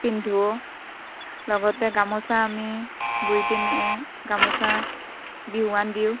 পিন্ধো লগতে গামোচা আমি বই পিনে গামোচা বিহুৱান দিওঁ